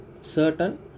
certain